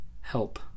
Help